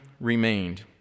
remained